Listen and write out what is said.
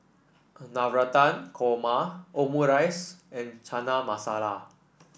Navratan Korma Omurice and Chana Masala